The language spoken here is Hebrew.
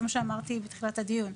זה מה שאמרתי בתחילת הדיון.